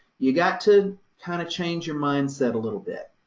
you've got to kind of change your mind set a little bit,